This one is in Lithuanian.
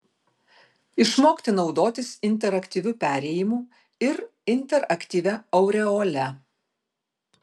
išmokti naudotis interaktyviu perėjimu ir interaktyvia aureole